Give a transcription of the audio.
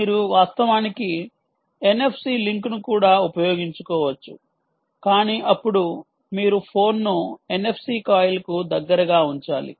మీరు వాస్తవానికి NFC లింక్ను కూడా ఉపయోగించుకోవచ్చు కాని అప్పుడు మీరు ఫోన్ను NFC కాయిల్కు దగ్గరగా ఉంచాలి